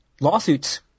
lawsuits